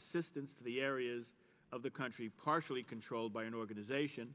assistance to the areas of the country partially controlled by an organization